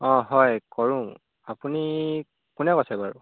অঁ হয় কৰোঁ আপুনি কোনে কৈছে বাৰু